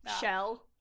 shell